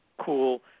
cool